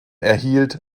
erhielt